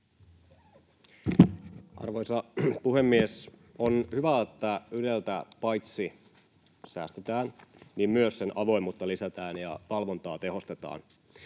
Arvoisa puhemies! On hyvä, että Yleltä paitsi säästetään myös sen avoimuutta lisätään ja valvontaa tehostetaan.